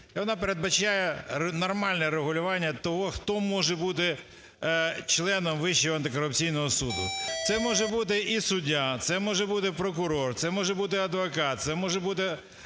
вона передбачає нормальне регулювання того, хто може бути членом Вищого антикорупційного суду. Це може бути і суддя, це може бути прокурор, це може бути адвокат, це може бути